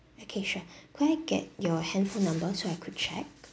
okay sure could I get your hand phone number so I could check